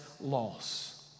loss